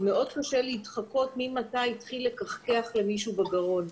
מאוד קשה להתחקות ממתי התחיל מישהו לכחכח בגרון.